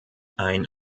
ein